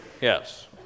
Yes